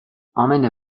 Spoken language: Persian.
امنه